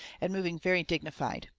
and moving very dignified.